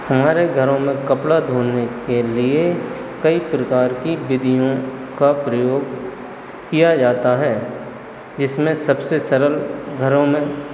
हमारे घरों में कपड़ा धोने के लिए कई प्रकार की विधियों का प्रयोग किया जाता है जिसमें सबसे सरल घरों में